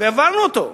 והעברנו אותו.